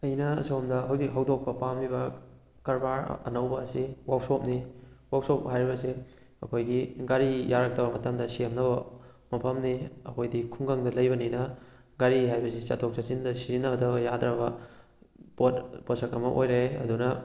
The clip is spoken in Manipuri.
ꯑꯩꯅ ꯑꯁꯣꯝꯗ ꯍꯧꯖꯤꯛ ꯍꯧꯗꯣꯛꯄ ꯄꯥꯝꯃꯤꯕ ꯀꯔꯕꯥꯔ ꯑꯅꯧꯕ ꯑꯁꯤ ꯋꯥꯛꯁꯣꯞꯅꯤ ꯋꯥꯛꯁꯣꯞ ꯍꯥꯏꯕꯁꯤ ꯑꯩꯈꯣꯏꯒꯤ ꯒꯥꯔꯤ ꯌꯥꯔꯛꯇꯕ ꯃꯇꯝꯗ ꯁꯦꯝꯅꯕ ꯃꯐꯝꯅꯤ ꯑꯩꯈꯣꯏꯗꯤ ꯈꯨꯡꯒꯪꯗ ꯂꯩꯕꯅꯤꯅ ꯒꯥꯔꯤ ꯍꯥꯏꯕꯁꯤ ꯆꯠꯊꯣꯛ ꯆꯠꯁꯤꯟꯗ ꯁꯤꯖꯤꯟꯅꯗꯕ ꯌꯥꯗ꯭ꯔꯕ ꯄꯣꯠ ꯄꯣꯁꯛ ꯑꯃ ꯑꯣꯏꯔꯦ ꯑꯗꯨꯅ